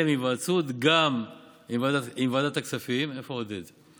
היוועצות גם עם ועדת הכספים איפה עודד?